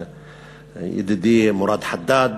ידידי מוראד חדאד.